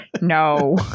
No